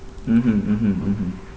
mmhmm mmhmm mmhmm